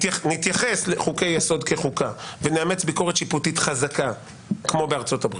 נתייחס לחוקי יסוד כחוקה ונאמץ ביקורת שיפוטית חזקה כמו בארצות הברית,